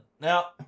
Now